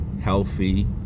Healthy